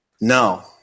no